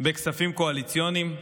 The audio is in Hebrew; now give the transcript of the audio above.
בכספים קואליציוניים,